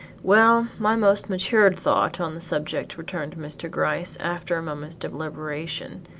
well my most matured thought on the subject, returned mr. gryce, after a moment's deliberation,